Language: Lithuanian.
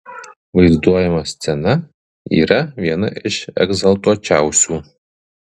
vaizduojama scena yra viena iš egzaltuočiausių